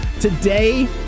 today